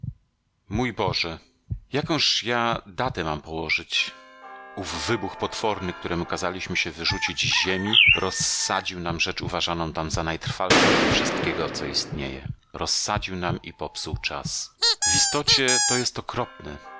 mój boże jakąż ja datę mam położyć ów wybuch potworny któremu kazaliśmy się wyrzucić z ziemi rozsadził nam rzecz uważaną tam za najtrwalszą ze wszystkiego co istnieje rozsadził nam i popsuł czas w istocie to jest okropne